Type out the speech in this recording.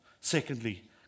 Secondly